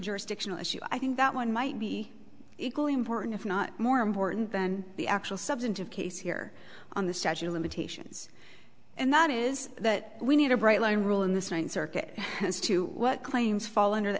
jurisdictional issue i think that one might be equally important if not more important than the actual substantive case here on the statute of limitations and that is that we need a bright line rule in this one circuit as to what claims fall under the